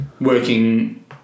working